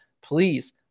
please